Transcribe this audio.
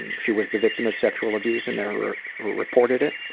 and she was the victim of sexual abuse and never reported it.